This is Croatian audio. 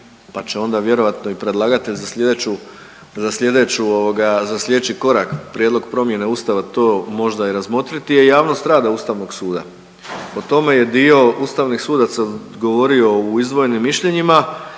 će se onda vjerojatno predlagatelj za sljedeću ovoga, za sljedeći korak prijedlog promjene Ustava to možda i razmotriti je javnost rada Ustavnog suda. O tome je dio ustavnih sudaca govorio u izdvojenim mišljenjima,